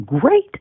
great